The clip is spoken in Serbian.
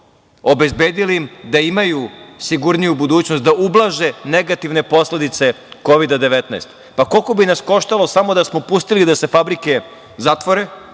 obezbedili im da imaju sigurniju budućnost, da ublaže negativne posledice Kovida-19. Pa, koliko bi nas koštalo samo da smo pustili da se fabrike zatvore,